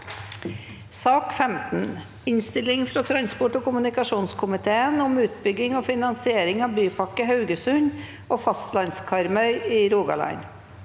Innstilling fra transport- og kommunikasjonskomi- teen om Utbygging og finansiering av Bypakke Hauge- sund og fastlands-Karmøy i Rogaland